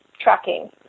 tracking